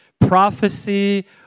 prophecy